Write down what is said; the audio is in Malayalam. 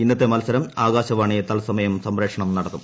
ഇന്നത്തെ മത്സരം ആകാശവാണി തൽസമയം സംപ്രേഷണം നടത്തും